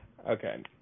Okay